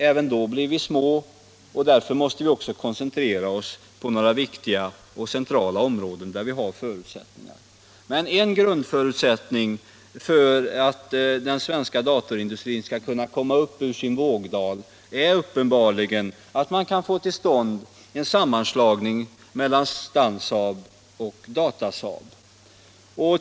Även då blir vi små och därför måste vi koncentrera oss på några viktiga och centrala områden där det finns förutsättningar. En grundförutsättning för att den svenska datorindustrin skall kunna komma upp ur sin vågdal är uppenbarligen att man kan få till stånd en sammanslagning av Stansaab och Datasaab.